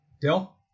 Dill